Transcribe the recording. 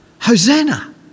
Hosanna